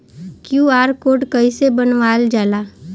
QR code कइसे बनवाल जाला?